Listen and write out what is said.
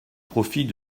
profit